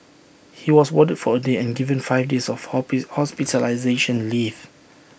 he was warded for A day and given five days of host hospitalisation leave